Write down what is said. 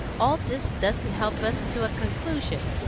all this doesn't help us to a conclusion.